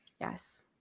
Yes